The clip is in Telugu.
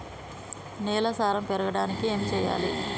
నేల సారం పెరగడానికి ఏం చేయాలి?